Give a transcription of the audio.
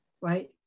right